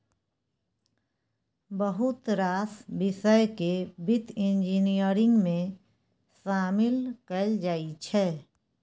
बहुत रास बिषय केँ बित्त इंजीनियरिंग मे शामिल कएल जाइ छै